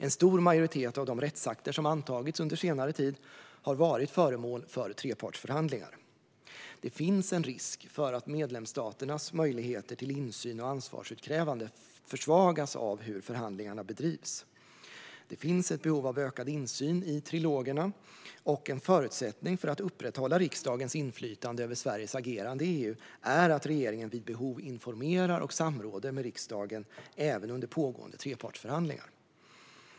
En stor majoritet av de rättsakter som antagits under senare tid har varit föremål för trepartsförhandlingar. Det finns en risk för att medlemsstaternas möjligheter till insyn och ansvarsutkrävande försvagas av hur förhandlingarna bedrivs. Det finns ett behov av ökad insyn i trilogerna. Och en förutsättning för att upprätthålla riksdagens inflytande över Sveriges agerande i EU är att regeringen vid behov informerar och samråder med riksdagen även under pågående trepartsförhandlingar.